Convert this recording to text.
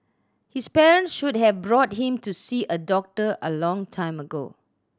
his parents should have brought him to see a doctor a long time ago